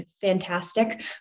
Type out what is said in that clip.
fantastic